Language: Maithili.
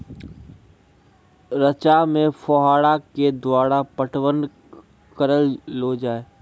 रचा मे फोहारा के द्वारा पटवन करऽ लो जाय?